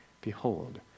behold